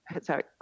sorry